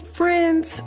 friends